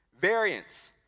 variance